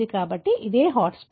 కాబట్టి అది హాట్స్పాట్